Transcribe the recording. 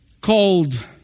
called